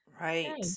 right